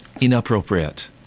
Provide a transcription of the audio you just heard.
Inappropriate